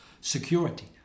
security